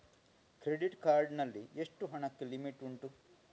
Credit card ನಲ್ಲಿ ಎಷ್ಟು ಹಣಕ್ಕೆ ಲಿಮಿಟ್ ಉಂಟು?